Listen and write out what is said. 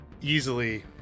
Easily